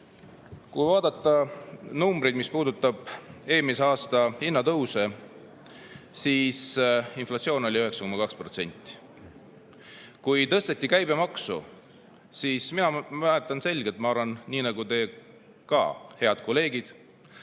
Kui vaadata numbreid, mis puudutavad eelmise aasta hinnatõuse, siis inflatsioon oli 9,2%. Kui tõsteti käibemaksu, siis mina mäletan selgelt – ma arvan, et ka teie, head kolleegid